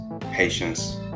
patience